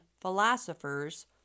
philosophers